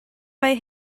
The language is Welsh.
mae